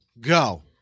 Go